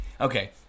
okay